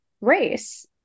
race